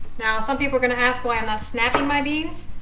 now some people going to ask why enough snap in my beans